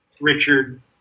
Richard